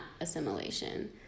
assimilation